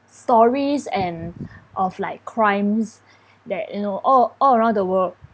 stories and of like crimes that you know all all around the world